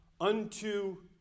Unto